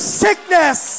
sickness